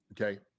okay